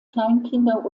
kleinkinder